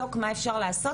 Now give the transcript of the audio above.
שנוכל לבדוק מה אפשר לעשות,